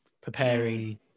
preparing